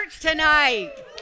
tonight